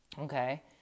okay